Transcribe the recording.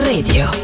Radio